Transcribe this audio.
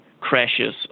crashes